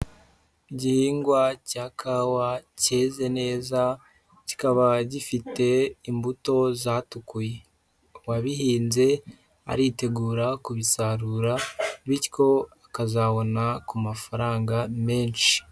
Igihingwa cya kawa cyeze neza, kikaba gifite imbuto zatukuye, uwabihinze aritegura kubisarura bityo akazabona ku mafaranga menshi.